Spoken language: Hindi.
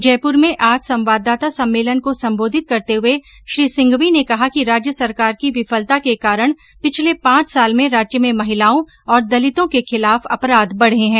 जयपुर में आज संवाददाता सम्मेलन को संबोधित करते हुए श्री सिंघवी ने कहा कि राज्य सरकार की विफलता के कारण पिछले पांच साल में राज्य में महिलाओं और दलितों के खिलाफ अपराध बढे हैं